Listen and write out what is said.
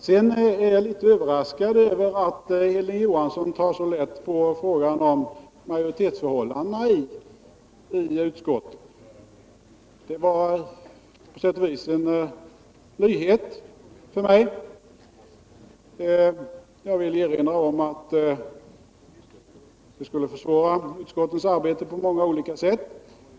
Sedan är jag litet överraskad över att Hilding Johansson tar så lätt på frågan om majoritetsförhållandena i utskotten. Det var på sätt och vis en nyhet för mig. Jag vill erinra om att det skulle försvåra utskottens arbete på många olika sätt.